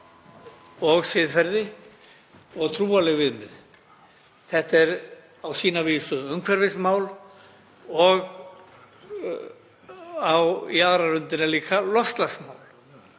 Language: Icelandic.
og siðferði og trúarleg viðmið. Þetta er á sína vísu umhverfismál og í aðra röndina líka loftslagsmál.